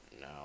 No